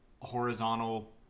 horizontal